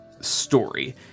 story